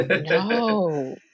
No